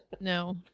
No